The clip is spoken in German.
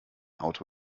auto